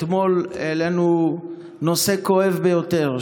אתמול העלינו נושא כואב ביותר,